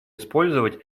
использовать